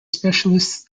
specialist